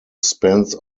spans